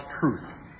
truth